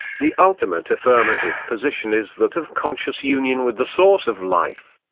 the ultimate affirmative position is that of conscious union with the source of life.